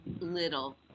little